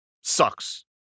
Sucks